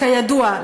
כידוע,